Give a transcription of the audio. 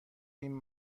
این